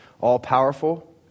all-powerful